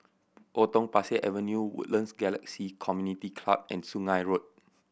Potong Pasir Avenue Woodlands Galaxy Community Club and Sungei Road